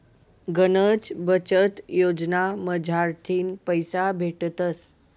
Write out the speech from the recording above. गनच बचत योजना मझारथीन पैसा भेटतस